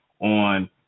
on